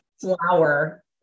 flower